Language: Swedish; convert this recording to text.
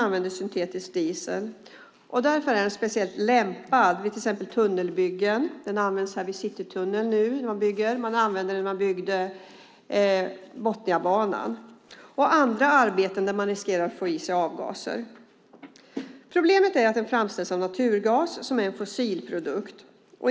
Därför är syntetisk diesel speciellt lämpad vid exempelvis tunnelbyggen. Den används här i Stockholm när Citytunneln byggs. Den användes också när Botniabanan byggdes och i andra arbeten där man riskerar att få i sig avgaser. Problemet är att syntetisk diesel, som sagt, framställs av naturgas, som är en fossilprodukt.